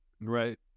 Right